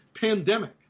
pandemic